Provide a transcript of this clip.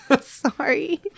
Sorry